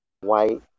White